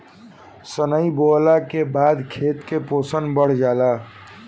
सनइ बोअला के बाद खेत में पोषण बढ़ जाला